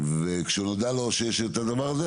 כשנודע לו שיש את הדבר הזה,